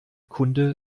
kunde